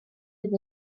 fydd